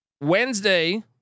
Wednesday